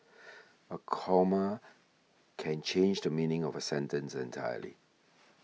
a comma can change the meaning of a sentence entirely